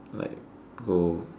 like go